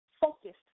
focused